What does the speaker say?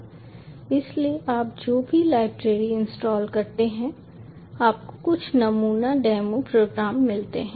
इसलिए आप जो भी लाइब्रेरी इंस्टॉल करते हैं आपको कुछ नमूना डेमो प्रोग्राम मिलते हैं